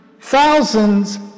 thousands